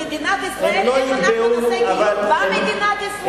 הם יקבעו לנו במדינת ישראל איך אנחנו נעשה גיור במדינת ישראל?